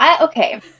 Okay